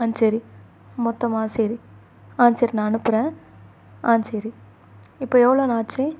ஆ சரி மொத்தமாக சரி ஆ சரி நான் அனுப்புகிறேன் ஆ சரி இப்போ எவ்வளோண்ணா ஆச்சு